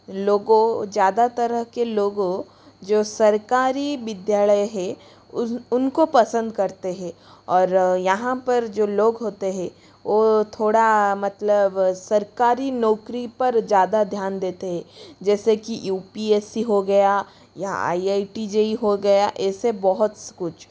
लोगों ज़्यादा तरह के लोगों जो सरकारी विद्यालय है उनको पसंद करते है और यहाँ पर जो लोग होते है ओ थोड़ा मतलब सरकारी नौकरी पर ज़्यादा ध्यान देते है जैसे कि यू पी एस सी हो गया या I I T J E हो गया ऐसे बहुत कुछ